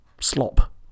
slop